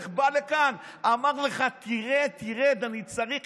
איך בא לכאן, אמר לך: תרד, תרד, אני צריך